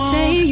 Say